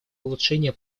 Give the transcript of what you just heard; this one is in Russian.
улучшения